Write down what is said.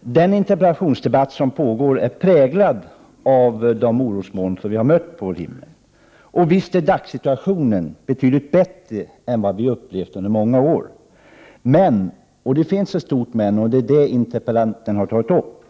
Den interpellationsdebatt som nu pågår är präglad av de orosmoln som finns på vår himmel. Visst är dagssituationen betydligt bättre än vad vi upplevt under många år. Det finns dock ett stort men, och det är det som interpellanten har tagit upp.